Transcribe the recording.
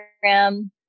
program